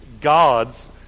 gods